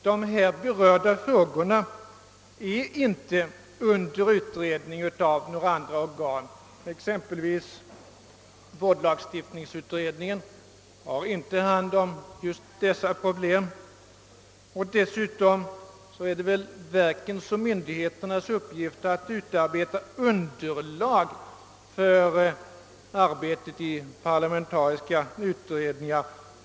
De här berörda frågorna är emellertid inte under utredning i andra organ. Så t.ex. har vårdlagstiftningsutredningen inte hand om just dessa problem. Dessutom är det väl verkens och myndigheternas uppgift att utarbeta underlag för arbetet i parlamentariska utredningar.